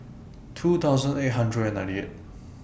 two thousand eight hundred and ninety eight